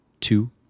Two